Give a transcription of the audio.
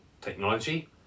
technology